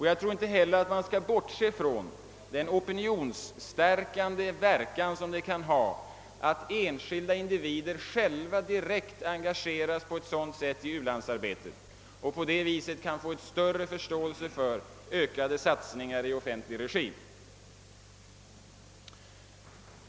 Jag tror inte heller att man skall bortse från den opinionsstärkande verkan, som det kan ha att enskilda individer själva direkt engageras i u-landsarbetet och på det viset kan få en större förståelse för ökade satsningar även i offentlig regi.